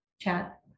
chat